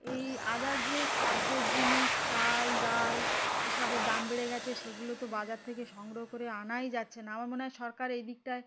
এই আদারস যে খাদ্যের জিনিস চাল ডাল এসবের দাম বেড়ে গিয়েছে সেগুলো তো বাজার থেকে সংগ্রহ করে আনাই যাচ্ছে না আমার মনে হয় সরকার এই দিকটায়